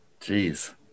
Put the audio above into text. Jeez